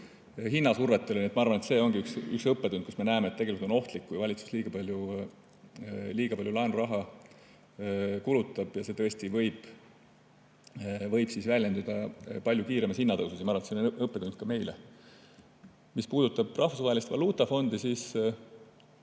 Ma arvan, et see ongi üks õppetund, mille puhul me näeme, et tegelikult on ohtlik, kui valitsus liiga palju laenuraha kulutab, ja see võib väljenduda palju kiiremas hinnatõusus. Ma arvan, et see on õppetund ka meile. Mis puudutab Rahvusvahelist Valuutafondi, siis